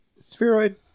Spheroid